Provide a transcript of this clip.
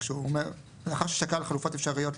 כשהוא אומר: ״לאחר ששקל חלופות אפשריות להעתקה,